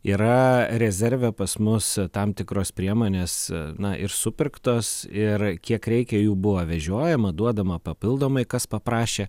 yra rezerve pas mus tam tikros priemonės na ir supirktos ir kiek reikia jų buvo vežiojama duodama papildomai kas paprašė